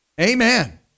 Amen